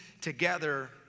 together